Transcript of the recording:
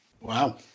Wow